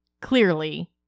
Clearly